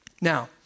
Now